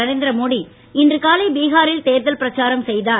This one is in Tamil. நரேந்திர மோடி இன்று காலை பீகாரில் தேர்தல் பிரச்சாரம் செய்தார்